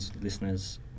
listeners